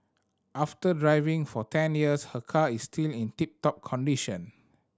after driving for ten years her car is still in tip top condition